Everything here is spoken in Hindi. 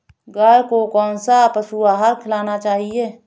गाय को कौन सा पशु आहार खिलाना चाहिए?